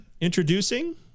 introducing